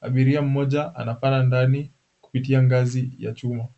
Abiria mmoja anapanda ndani kupitia ngazi ya chuma.